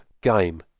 game